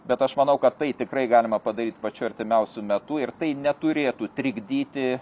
bet aš manau kad tai tikrai galima padaryt pačiu artimiausiu metu ir tai neturėtų trikdyti